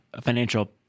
financial